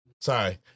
sorry